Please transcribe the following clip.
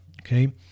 okay